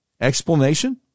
explanation